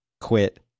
quit